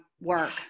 work